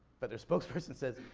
but their spokesperson says,